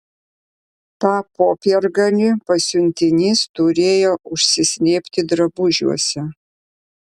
tą popiergalį pasiuntinys turėjo užsislėpti drabužiuose